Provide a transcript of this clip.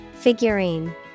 Figurine